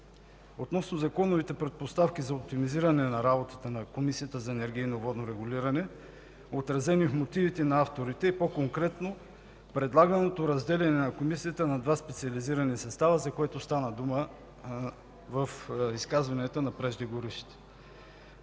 относно законовите предпоставки за оптимизиране на работата на Комисията за енергийно и водно регулиране, отразени в мотивите на авторите и по-конкретно предлаганото разделяне на Комисията на два специализирани състава, за което стана дума в изказванията на преждеговорившите.